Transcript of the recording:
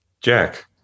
jack